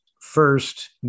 first